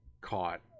caught